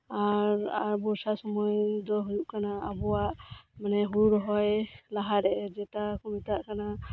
ᱟᱨ ᱟᱨ ᱵᱚᱨᱥᱟ ᱥᱳᱢᱳᱭ ᱩᱱ ᱫᱚ ᱦᱳᱭᱳᱜ ᱠᱟᱱᱟ ᱟᱵᱚᱣᱟᱜ ᱢᱟᱱᱮ ᱦᱳᱲᱳ ᱨᱚᱦᱚᱭ ᱞᱟᱦᱟᱨᱮ ᱡᱮᱴᱟ ᱠᱚ ᱢᱮᱛᱟᱜ ᱠᱟᱱᱟ